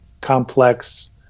complex